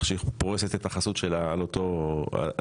שהיא פורסת את החסות שלה על אותו מחבל.